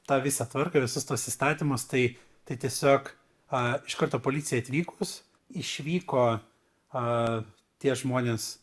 tą visą tvarką visus tuos įstatymas tai tai tiesiog a iš karto policijai atvykus išvyko a tie žmonės